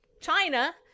China